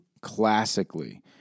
classically